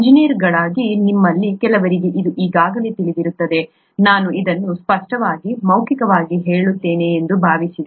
ಎಂಜಿನಿಯರ್ಗಳಾಗಿ ನಿಮ್ಮಲ್ಲಿ ಕೆಲವರಿಗೆ ಇದು ಈಗಾಗಲೇ ತಿಳಿದಿರುತ್ತದೆ ನಾನು ಇದನ್ನು ಸ್ಪಷ್ಟವಾಗಿ ಮೌಖಿಕವಾಗಿ ಹೇಳುತ್ತೇನೆ ಎಂದು ಭಾವಿಸಿದೆ